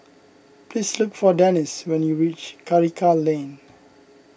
please look for Denis when you reach Karikal Lane